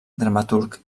dramaturg